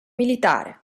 militare